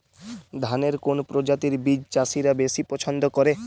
ধানের কোন প্রজাতির বীজ চাষীরা বেশি পচ্ছন্দ করে?